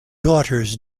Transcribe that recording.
daughters